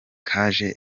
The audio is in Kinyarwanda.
kaje